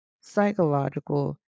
psychological